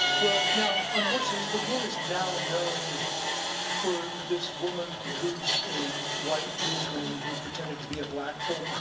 well, now, unfortunately, spokane is now known for this woman who's a white lutheran who pretended to be a black for awhile,